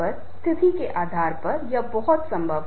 उनका अनुभव और योग्यता बहुत महत्वपूर्ण है